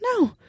No